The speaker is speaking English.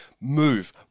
Move